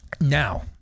now